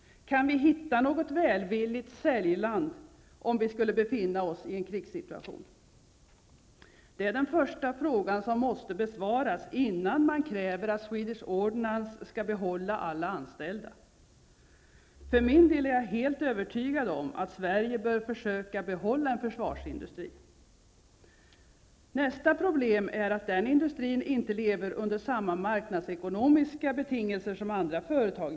Kan vi hitta något välvilligt säljarland om vi skulle befinna oss i en krigssituation? Det är den första fråga som måste besvaras innan man kräver att Swedish Ordnance skall behålla alla anställda. För min del är jag helt övertygad om att Sverige bör försöka behålla en försvarsindustri. Nästa problem är att den industrin inte lever under samma marknadsekonomiska betingelser som andra företag.